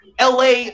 la